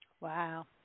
Wow